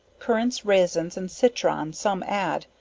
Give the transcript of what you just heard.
currants, raisins and citron some add,